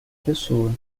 pessoa